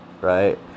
Right